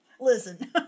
listen